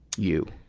you?